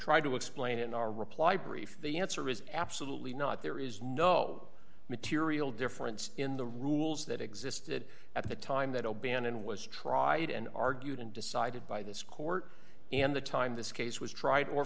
try to explain in our reply brief the answer is absolutely not there is no material difference in the rules that existed at the time that o'bannon was tried and argued and decided by this court and the time this case was tried or